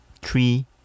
three